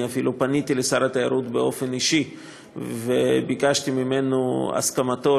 אני אפילו פניתי לשר התיירות באופן אישי וביקשתי ממנו את הסכמתו